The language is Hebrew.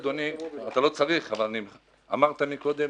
אדוני, אמרת קודם